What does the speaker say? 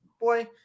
Boy